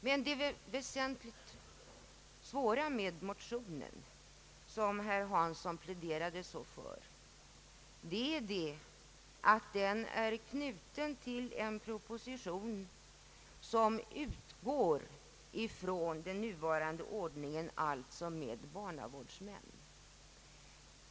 Men det svåra med den motion som herr Hansson pläderade så för är att den är knuten till en proposition som utgår från den nuvarande ordningen, alltså med barnavårdsmän.